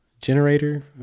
generator